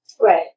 Right